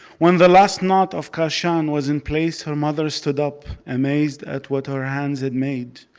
when the last knot of kashan was in place, her mother stood up, amazed at what her hands had made.